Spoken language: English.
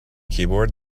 keyboard